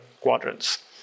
quadrants